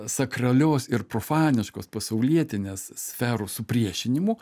sakralios ir profaniškos pasaulietinės sferos supriešinimu